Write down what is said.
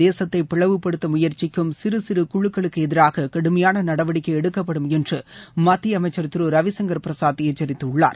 தேசத்தை பிளவுபடுத்த முயற்சிக்கும் சிறு சிறு குழுக்களுக்கு எதிராக கடுமையான நடவடிக்கை எடுக்கப்படும் என்று மத்திய அமைச்சர் திரு ரவிச்ங்கர் பிரசாத் எச்சரித்துள்ளார்